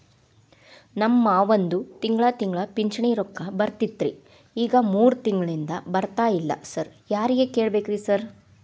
ನಮ್ ಮಾವಂದು ತಿಂಗಳಾ ತಿಂಗಳಾ ಪಿಂಚಿಣಿ ರೊಕ್ಕ ಬರ್ತಿತ್ರಿ ಈಗ ಮೂರ್ ತಿಂಗ್ಳನಿಂದ ಬರ್ತಾ ಇಲ್ಲ ಸಾರ್ ಯಾರಿಗ್ ಕೇಳ್ಬೇಕ್ರಿ ಸಾರ್?